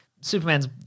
Superman's –